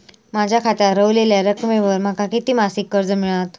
माझ्या खात्यात रव्हलेल्या रकमेवर माका किती मासिक कर्ज मिळात?